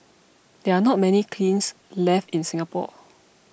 there are not many kilns left in Singapore